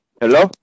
hello